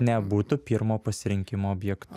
nebūtų pirmo pasirinkimo objektu